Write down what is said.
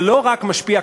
זה לא רק משפיע,